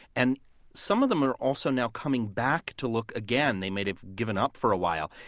and some of them are also now coming back to look again, they might have given up for a while.